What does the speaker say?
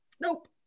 nope